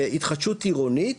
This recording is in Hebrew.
בהתחדשות עירונית,